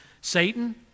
Satan